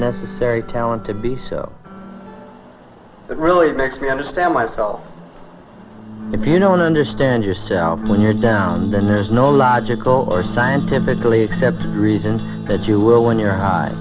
necessary talent to be so really it makes me understand myself if you know and understand yourself when you're down then there's no logical or scientifically accepted reasons that you will win your high